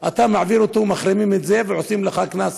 אתה מעביר אותו, מחרימים אותו ונותנים לך קנס